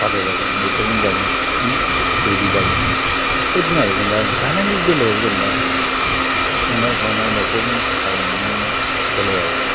भाजा जागोन मैथाजों जागोन ग्रेबि जागोन बेफोरबायदिनो आरो जेनेबा जानायनि बेलायाव जेनेबा संनाय खावनाय न'खरनि थाखायनि बेलायाव